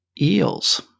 eels